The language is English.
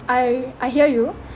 I I hear you